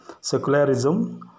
secularism